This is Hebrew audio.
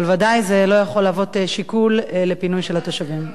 אבל ודאי זה לא יכול להוות שיקול לפינוי של התושבים,